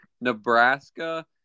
Nebraska –